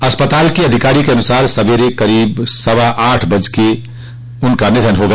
अस्पताल के अधिकारी के अनुसार सवेरे करीब सवा आठ बजे उनका निधन हो गया